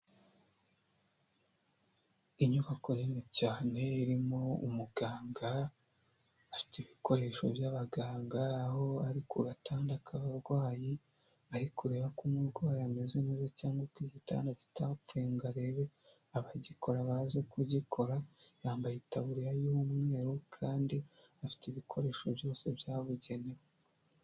Inyubako nini cyane irimo umuganga afite ibikoresho by'abaganga aho ari kugatanda kabarwayi ari kureba ko umurwayi ameze neza cyangwako igitanda kitapfuye ngo arebe abagikora baze kugikora yambaye itaburiya y'umweru kandi afite ibikoresho byose byabugenewe.